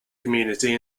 community